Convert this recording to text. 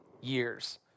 years